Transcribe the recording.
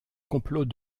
complot